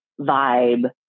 vibe